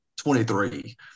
23